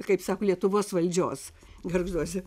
kaip sako lietuvos valdžios gargžduose